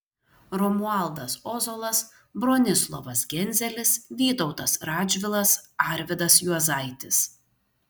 romualdas ozolas bronislovas genzelis vytautas radžvilas arvydas juozaitis